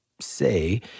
say